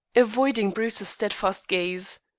avoiding bruce's steadfast gaze,